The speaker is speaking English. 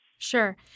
Sure